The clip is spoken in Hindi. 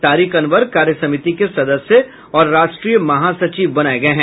तारिक अनवर कार्यसमिति के सदस्य और राष्ट्रीय महासचिव बनाये गये हैं